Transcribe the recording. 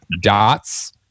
dots